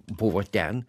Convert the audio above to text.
buvo ten